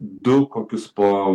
du kokius po